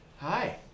Hi